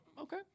okay